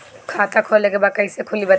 खाता खोले के बा कईसे खुली बताई?